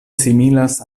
similas